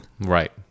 Right